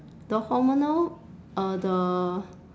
the hormonal uh the